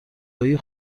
های